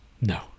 No